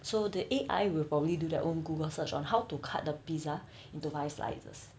so the A_I will probably do their own google search on how to cut the pizza into five slices